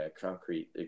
concrete